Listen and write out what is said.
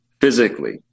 physically